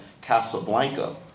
Casablanca